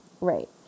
right